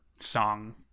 song